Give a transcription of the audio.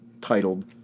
titled